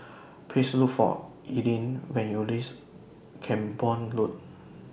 Please Look For Erling when YOU REACH Camborne Road